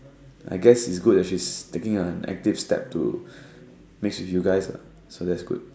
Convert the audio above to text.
I guess is good that she's taking an active step to mix with you guys what so that's good